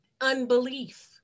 unbelief